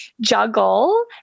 juggle